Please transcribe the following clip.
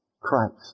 Christ